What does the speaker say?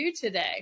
today